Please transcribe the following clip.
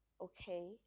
okay